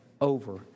over